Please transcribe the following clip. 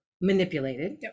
manipulated